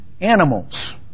animals